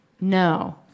no